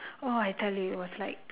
!wah! I tell you it was like